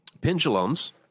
Pendulums